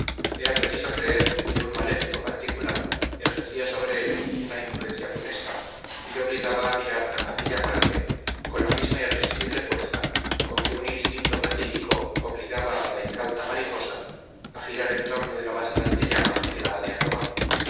era preciso creer que un maleficio particular ejercía sobre él una influencia funesta y le obligaba a mirar a aquella parte con la misma irresistible fuerza con que un instinto fatídico obligaba a la incauta mariposa a girar en torno de la vacilante llama que la ha de acabar